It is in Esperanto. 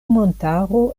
montaro